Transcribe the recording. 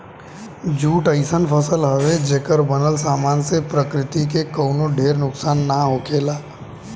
jute अइसन फसल हवे, जेकर बनल सामान से प्रकृति के कवनो ढेर नुकसान ना होखेला